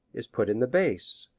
is put in the bass,